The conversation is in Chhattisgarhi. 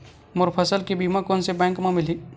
मोर फसल के बीमा कोन से बैंक म मिलही?